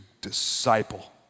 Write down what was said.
disciple